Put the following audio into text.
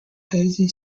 heavy